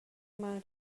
مونو